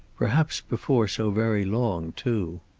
perhaps before so very long, too.